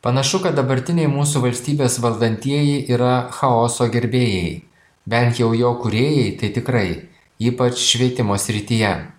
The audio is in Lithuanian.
panašu kad dabartiniai mūsų valstybės valdantieji yra chaoso gerbėjai bent jau jo kūrėjai tai tikrai ypač švietimo srityje